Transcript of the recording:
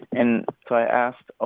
and so i asked, ah